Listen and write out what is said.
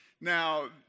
Now